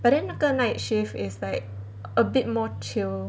but then 那个 night shift is like a bit more chill